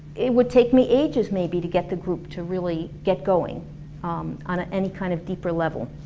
it would take me ages maybe to get the group to really get going um on any kind of deeper level